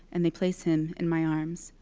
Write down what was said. and they place him in my arms.